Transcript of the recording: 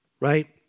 Right